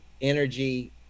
energy